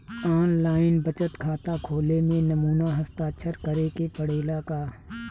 आन line बचत खाता खोले में नमूना हस्ताक्षर करेके पड़ेला का?